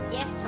Yes